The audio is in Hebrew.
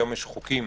היום יש חוקים